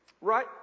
Right